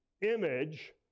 image